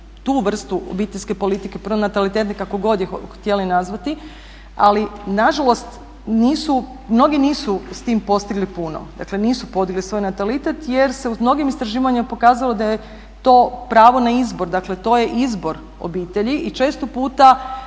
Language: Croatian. tu vrstu obiteljske politike, pronatalitetne, kako god je htjeli nazvati ali nažalost nisu, mnogi nisu s time postigli puno. Dakle, nisu podigli svoj natalitet jer se u mnogim istraživanjima pokazalo da je to pravo na izbor, dakle to je izbor obitelji i često puta